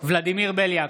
ולדימיר בליאק,